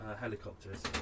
helicopters